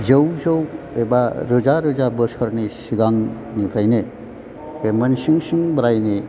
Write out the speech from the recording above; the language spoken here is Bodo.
जौ जौ एबा रोजा रोजा बोसोरनि सिगांनिफ्रायनो बे मोनसिं सिं बोरायनि